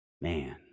Man